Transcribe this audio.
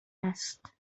هست